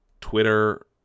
Twitter